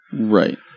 Right